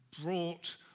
brought